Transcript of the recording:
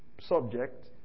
subject